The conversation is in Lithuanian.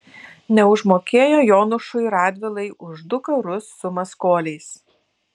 neužmokėjo jonušui radvilai už du karus su maskoliais